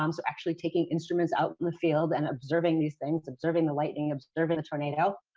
um so actually taking instruments out in the field, and observing these things, observing the lightning, observing the tornado.